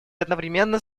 одновременно